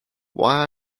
why